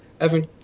Evan